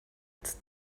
its